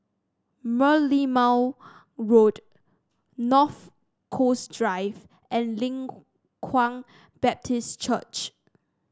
Merlimau Road North Coast Drive and Leng Kwang Baptist Church